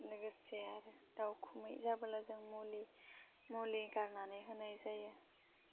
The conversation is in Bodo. लोगोसे आरो दावखुमै जाबोला जों मुलि मुलि गारनानै होनाय जायो